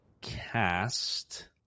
cast